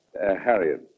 Harriet